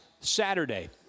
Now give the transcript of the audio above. Saturday